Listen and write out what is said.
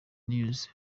news